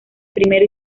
primero